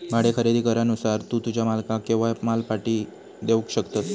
भाडे खरेदी करारानुसार तू तुझ्या मालकाक केव्हाय माल पाटी देवक शकतस